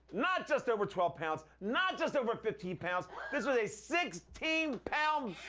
not just over twelve pounds. not just over fifteen pounds. this was a sixteen pound